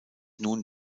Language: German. nun